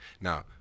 Now